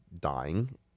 dying